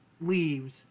leaves